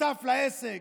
שותף לעסק,